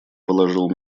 положил